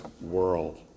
world